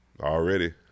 Already